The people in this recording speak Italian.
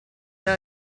era